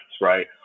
right